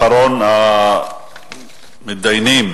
אחרון המתדיינים